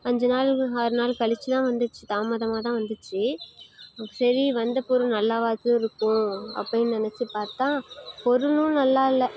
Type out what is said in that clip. அஞ்சு நாள் ஆறு நாள் கழிச்சு தான் வந்துச்சு தாமதமாக தான் வந்துச்சு சரி வந்த பொருள் நல்லாவாச்சும் இருக்கும் அப்படினு நெனச்சு பார்த்தா பொருளும் நல்லாவே இல்லை